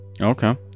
Okay